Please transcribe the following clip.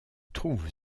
trouve